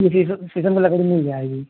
जी शीशम शीशम की लड़की मिल जाएगी